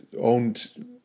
owned